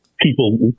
people